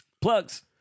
Plugs